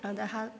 अतः